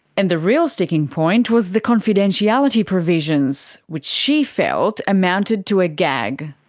and the real sticking point was the confidentiality provisions, which she felt amounted to a gag.